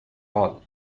all